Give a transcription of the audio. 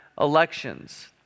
elections